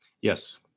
Yes